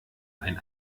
ein